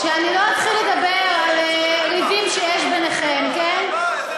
שלא אתחיל לדבר על ריבים שיש ביניכם, כן?